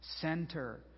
Center